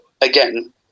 again